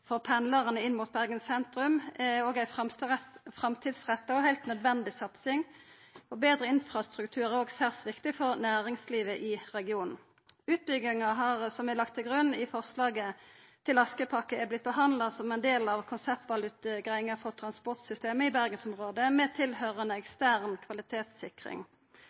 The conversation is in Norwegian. for pendlarane inn mot Bergen sentrum er òg ei framtidsretta og heilt nødvendig satsing, og betre infrastruktur er òg særs viktig for næringslivet i regionen. Utbygginga som er lagt til grunn i forslaget til Askøypakke, er blitt behandla som ein del av konseptutvalutgreiinga for transportsystemet i Bergensområdet, med tilhøyrande ekstern kvalitetssikring.